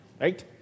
Right